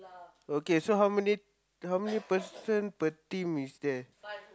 okay so how many how many person per team is there